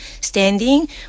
standing